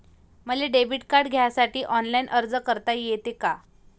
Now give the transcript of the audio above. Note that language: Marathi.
मले डेबिट कार्ड घ्यासाठी ऑनलाईन अर्ज करता येते का?